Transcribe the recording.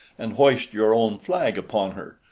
and hoist your own flag upon her,